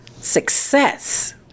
success